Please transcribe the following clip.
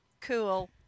Cool